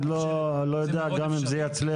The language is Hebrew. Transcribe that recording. לא עברתי